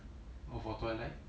oh for twilight